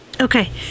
Okay